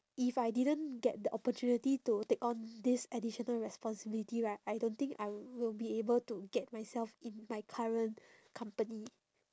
if I didn't get the opportunity to take on this additional responsibility right I don't think I will be able to get myself in my current company